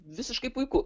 visiškai puiku